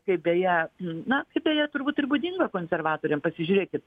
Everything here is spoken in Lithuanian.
kaip beje na kaip beje turbūt ir būdinga konservatoriam pasižiūrėkit